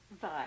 Bye